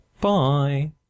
Bye